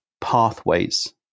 pathways